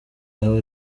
aho